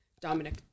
Dominic